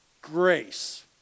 grace